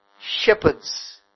shepherds